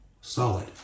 solid